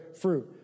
fruit